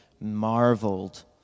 marveled